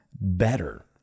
better